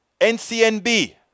NCNB